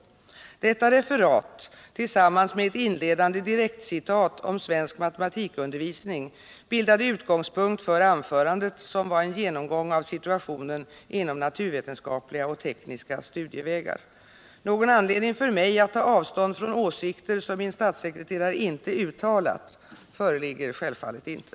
Detta referat, tillsammans med ett inledande direktcitat om svensk matematikundervisning, bildade utgångspunkt för anförandet, som var en genomgång av situationen inom naturvetenskapliga och tekniska studievägar. Någon anledning för mig att ta avstånd från åsikter som min statssekreterare inte uttalat föreligger självfallet inte.